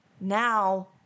Now